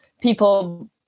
people